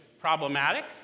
problematic